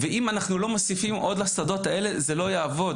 אם אנחנו לא מוסיפים עוד לשדות האלה אז זה לא יעבוד.